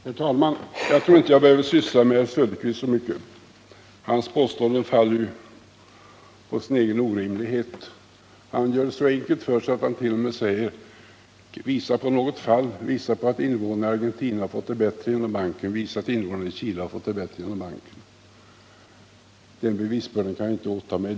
Herr talman! Jag tror inte att jag behöver syssla med herr Söderqvist så mycket. Hans påståenden faller ju på sin egen orimlighet. Han gör det så enkelt för sig att han t.o.m. säger: Visa på att invånarna i Argentina och Chile har fått det bättre tack vare banken! Den bevisbördan kan jag inte åta mig.